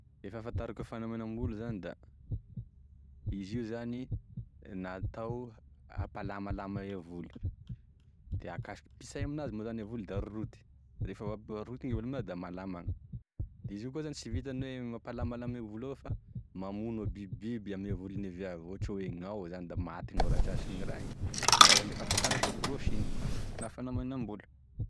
E fahafantarako e fanamainambolo zany da izy zany natao hampalamalama e volo, da akaso- pitsay aminazy moa zany e volo da roroty, rehefa roroty e volo aminazy da malama agny, de izy io koa zany tsy vitan'e mampalamalama e volo evao fa mamono e bibibiby ame volon'e viavy ,ohatra hoe gn'hao zay maty gn'ao raha tratrin'igny raha igny, iza zany e fahafantarako e brushing na fanamainambolo.